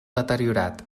deteriorat